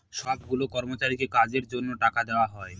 সব গুলা কর্মচারীকে কাজের জন্য টাকা দেওয়া হয়